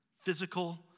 physical